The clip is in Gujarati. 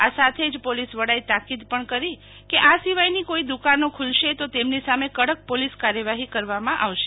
આ સાથે જ પોલીસ વડાએ તાકીદ પણ કરી કે આ સિવાયની કોઈદ્દુખાનો ખુલશે તો તેમની સામે કડક પોલીસ કાર્યવાહી કરવામાં આવશે